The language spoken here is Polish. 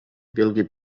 wielki